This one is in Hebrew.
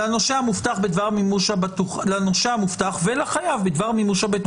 לנושה המובטח ולחייב בדבר מימוש הבטוחה.